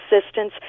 assistance